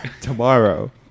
tomorrow